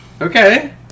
Okay